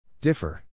Differ